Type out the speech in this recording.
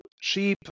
cheap